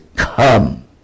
Come